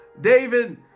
david